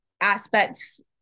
aspects